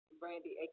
Brandy